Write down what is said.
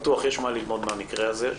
בטוח יש מה ללמוד מן המקרה הזה,